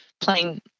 playing